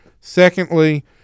Secondly